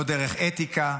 לא דרך אתיקה,